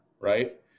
right